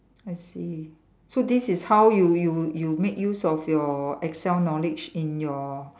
I see so this is how you you you make use of your Excel knowledge in your